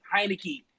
Heineke